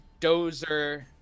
Dozer